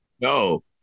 no